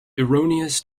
erroneous